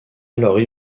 alors